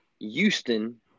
Houston